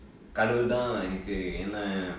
கடவுள் தான் எனக்கு என்ன:kadavul thaan enakku enna